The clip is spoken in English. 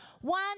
one